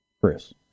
Chris